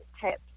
tips